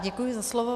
Děkuji za slovo.